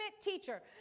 teacher